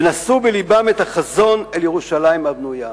ונשאו בלבם את החזון אל ירושלים הבנויה,